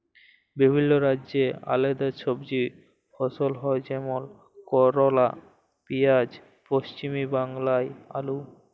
বিভিল্য রাজ্যে আলেদা সবজি ফসল হ্যয় যেমল করলা, পিয়াঁজ, পশ্চিম বাংলায় আলু